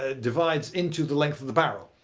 ah divides into the length the barrel.